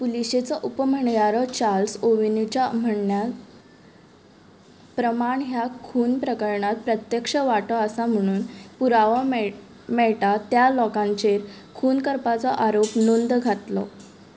पुलिशेचो उपम्हणयारो चाल्स ओविन्युच्या म्हण्ण्या प्रमाण ह्या खून प्रकरणात प्रत्यक्ष वांटो आसा म्हुणून पुरावो मेळ मेळटा त्या लोकांचेर खून करपाचो आरोप नोंद घातलो